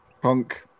punk